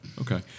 Okay